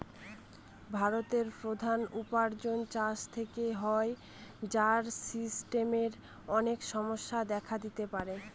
ভারতের প্রধান উপার্জন চাষ থেকে হয়, যার সিস্টেমের অনেক সমস্যা দেখা দিতে পারে